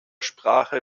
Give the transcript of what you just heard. sprache